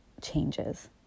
changes